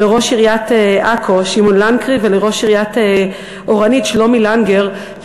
לראש עיריית עכו שמעון לנקרי ולראש עיריית אורנית שלומי לנגר,